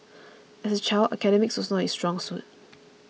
as a child academics was not his strong suit